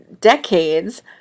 decades